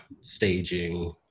staging